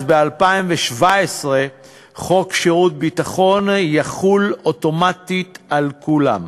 אז ב-2017 חוק שירות ביטחון יחול אוטומטית על כולם.